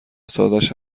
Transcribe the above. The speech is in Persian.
سادش